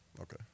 okay